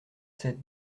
sept